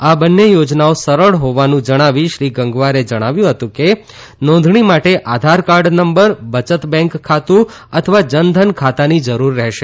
આ બંને યાજનાઓ સરળ હાવાનું જણાવી શ્રી ગંગવારે જણાવ્યું હતું કે નોંધણી માટે આધાર કાર્ડ નંબર બયત બેંક ખાતુ થવા જનધન ખાતાની જરૂર રહેશે